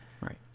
Right